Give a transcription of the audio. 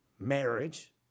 Marriage